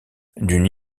d’une